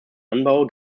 anbau